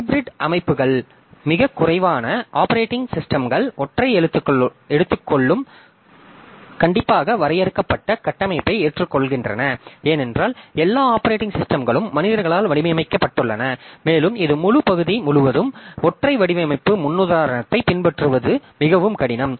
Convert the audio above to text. hybrid அமைப்புகள் மிகக் குறைவான ஆப்பரேட்டிங் சிஸ்டம்கள் ஒற்றை எடுத்துக்கொள்ளும் கண்டிப்பாக வரையறுக்கப்பட்ட கட்டமைப்பை ஏற்றுக்கொள்கின்றன ஏனென்றால் எல்லா ஆப்பரேட்டிங் சிஸ்டம்களும் மனிதர்களால் வடிவமைக்கப்பட்டுள்ளன மேலும் இது முழு பகுதி முழுவதும் ஒற்றை வடிவமைப்பு முன்னுதாரணத்தைப் பின்பற்றுவது மிகவும் கடினம்